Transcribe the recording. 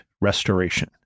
restoration